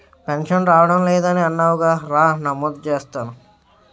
pension రావడం లేదని అన్నావుగా రా నమోదు చేస్తాను